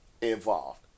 involved